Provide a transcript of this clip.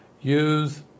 Use